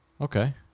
Okay